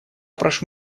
прошу